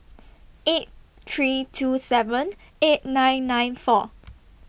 eight three two seven eight nine nine four